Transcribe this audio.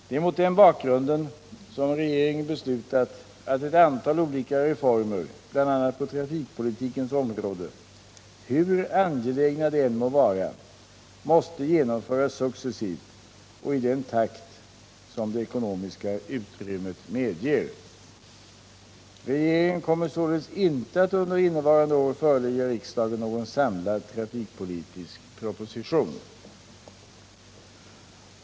Det är mot den bakgrunden som regeringen beslutat att ett antal olika reformer bl.a. på trafikpolitikens område — hur angelägna de än må vara —- måste genomföras successivt och i den takt som det ekonomiska utrymmet medger. Regeringen kommer således inte att under innevarande år förelägga riksdagen någon samlad trafikpolitisk proposition.